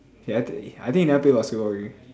he I think he never play basketball already